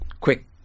quick